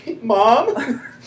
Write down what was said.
Mom